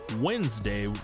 Wednesday